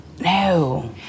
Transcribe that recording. No